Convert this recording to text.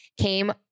came